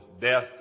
death